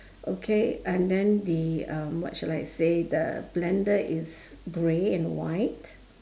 okay and then the um what shall I say the blender is grey and white